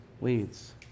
weeds